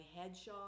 headshot